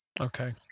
Okay